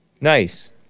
nice